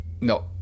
no